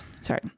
Sorry